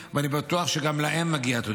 ואני בטוח שגם להם מגיעה תודה.